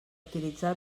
utilitzar